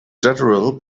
general